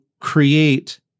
create